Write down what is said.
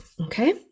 okay